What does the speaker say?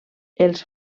els